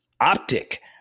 Optic